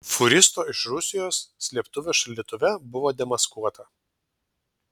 fūristo iš rusijos slėptuvė šaldytuve buvo demaskuota